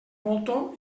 moltó